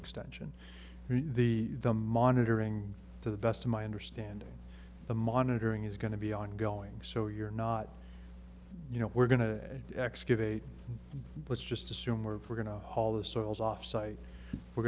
extension the the monitoring to the best of my understanding the monitoring is going to be ongoing so you're not you know we're going to excavate let's just assume we're